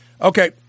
Okay